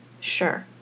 sure